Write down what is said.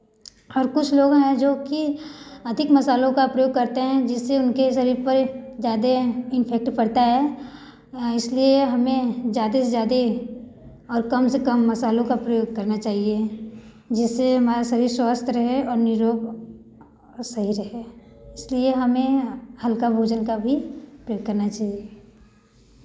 और कुछ लोग हैं जो कि अधिक मसालों का प्रयोग करते हैं जिससे उनके शरीर पर ज़्यादा इफेक्ट पड़ता है इसलिए हमें ज़्यादा से ज़्यादा और कम से कम मसालों का प्रयोग करना चाहिए जिससे हमारे शरीर स्वस्थ रहे निरोग सही रहे इसलिए हमें हल्का भोजन का भी प्रयोग करना चाहिए